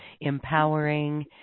empowering